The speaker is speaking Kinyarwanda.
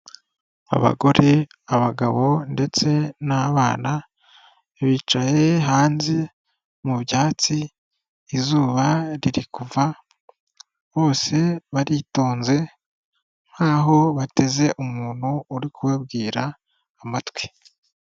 Abagore, abagabo, ndetse n'abana, bicaye hanze mu byatsi, izuba riri kuva bose baritonze nkaho bateze umuntu uri kubabwira amatwi.